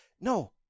No